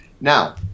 Now